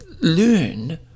learn